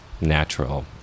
natural